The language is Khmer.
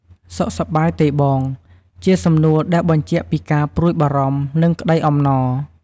សុខសប្បាយទេបង?ជាសំណួរដែលបញ្ជាក់ពីការព្រួយបារម្ភ និងក្តីអំណរ។